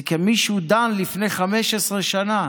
זה כי מישהו דן לפני 15 שנה